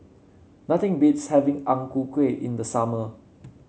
nothing beats having Ang Ku Kueh in the summer